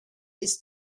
ist